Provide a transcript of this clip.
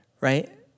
right